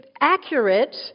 accurate